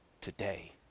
today